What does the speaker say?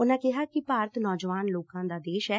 ਉਨਾਂ ਕਿਹਾ ਕਿ ਭਾਰਤ ਨੌਜਵਾਨ ਲੋਕਾਂ ਦਾ ਦੇਸ਼ ਐ